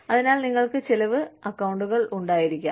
അതിനാൽ നിങ്ങൾക്ക് ചെലവ് അക്കൌണ്ടുകൾ ഉണ്ടായിരിക്കാം